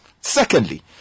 Secondly